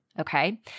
Okay